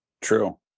True